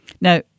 Now